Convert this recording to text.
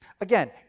Again